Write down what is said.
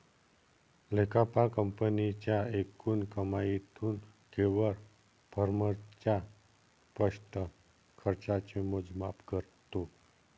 लेखापाल कंपनीच्या एकूण कमाईतून केवळ फर्मच्या स्पष्ट खर्चाचे मोजमाप करतो